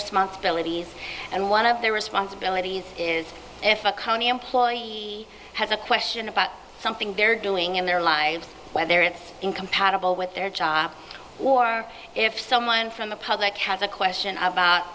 responsibilities and one of their responsibilities is if a county employee has a question about something they're doing in their lives whether it's incompatible with their job or if someone from the public has a question about